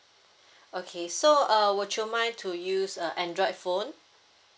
okay so uh would you mind to use a android phone